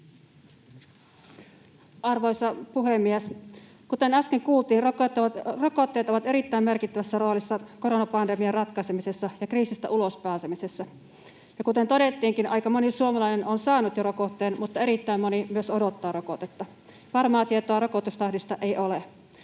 Arvoisa puhemies! Kuten äsken kuultiin, rokotteet ovat erittäin merkittävässä roolissa koronapandemian ratkaisemisessa ja kriisistä ulospääsemisessä. Ja kuten todettiinkin, aika moni suomalainen on saanut jo rokotteen mutta erittäin moni myös odottaa rokotetta. Varmaa tietoa rokotustahdista ei ole.